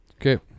Okay